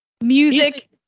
music